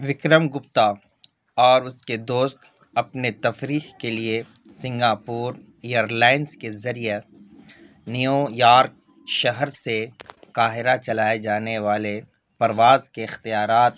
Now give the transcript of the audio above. وکرم گپتا اور اس کے دوست اپنے تفریح کے لیے سنگاپور ایرلائنس کے ذریعہ نیو یارک شہر سے قاہرہ چلائے جانے والے پرواز کے اختیارات